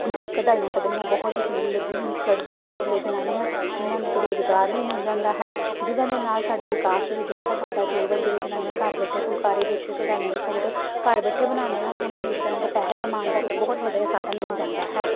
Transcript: ਅਤੇ ਕਢਾਈਆਂ ਕੱਢਣੀਆਂ ਬਹੁਤ ਹੀ ਚੰਗੀ ਲੱਗੀ ਕੱਢਦੇ ਹਨ ਅਤੇ ਲੋ ਜਨਾਨੀਆਂ ਜਿਨਾਂ ਨੂੰ ਇੱਕ ਰੁਜ਼ਗਾਰ ਵੀ ਮਿਲ ਜਾਂਦਾ ਹੈ ਜਿਨ੍ਹਾਂ ਦੇ ਨਾਲ ਸਾਡੇ ਵਿਕਾਸ ਦੇ ਵਿੱਚ ਬਹੁਤ ਵੱਡਾ ਯੋਗਦਾਨ ਜਿਹੜੇ ਜਨਾਨੀਆਂ ਘਰ ਬੈਠੇ ਫੁਲਕਾਰੀ ਦੇ ਉੱਤੇ ਕਢਾਈਆਂ ਦੇ ਸੂਟ ਘਰ ਬੈਠੇ ਬਣਾਉਂਦੀਆਂ ਹਨ ਉਹਨਾਂ ਨੂੰ ਇੱਕ ਤਰ੍ਹਾਂ ਦਾ ਪੈਸੇ ਕਮਾਉਣ ਦਾ ਇੱਕ ਬਹੁਤ ਵੱਡਾ ਇਹ ਸਾਧਨ ਮਿਲ ਜਾਂਦਾ ਹੈ